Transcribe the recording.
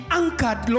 anchored